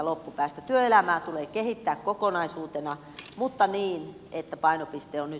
työelämää tulee kehittää kokonaisuutena mutta niin että painopiste oli